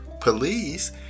police